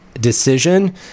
decision